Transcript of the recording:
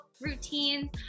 routines